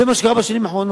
זה מה שקרה בשנים האחרונות.